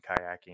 kayaking